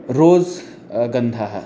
rose गन्धः